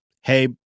hey